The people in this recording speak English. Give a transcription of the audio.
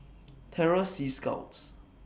Terror Sea Scouts